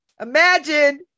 Imagine